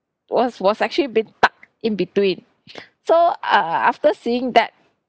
was was actually been tucked in between so err after seeing that